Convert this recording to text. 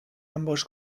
ambos